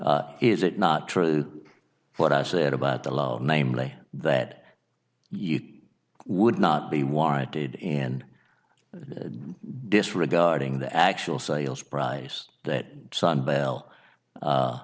law is it not true what i said about the loan namely that you would not be warranted in disregarding the actual sales price that son bell